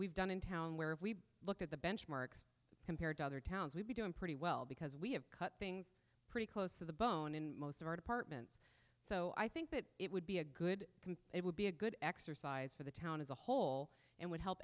we've done in town where if we look at the benchmarks compared to other towns we'd be doing pretty well because we have cut things pretty close to the bone in most of our departments so i think that it would be a good compare would be a good exercise for the town as a whole and would help